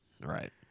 Right